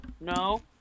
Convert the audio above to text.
No